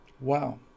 Wow